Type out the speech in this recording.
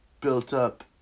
built-up